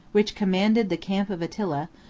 which commanded the camp of attila,